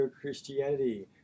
Christianity